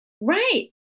Right